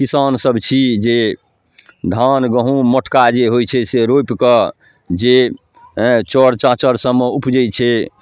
किसान सब छी जे धान गहूँम मोटका जे होइ छै से रोपि कऽ जे हैँ चौर चाँचर सबमे ऊपजै छै